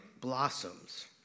blossoms